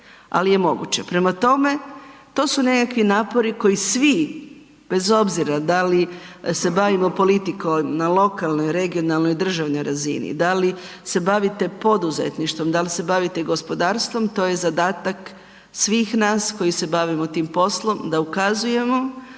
ali je moguće. Prema tome, to su nekakvi napori koji svi bez obzira da li se bavimo politikom na lokalnoj, regionalnoj ili državnoj razini, da li se bavite poduzetništvom, da li se bavite gospodarstvom to je zadatak svih nas koji se bavimo tim poslom da ukazujemo,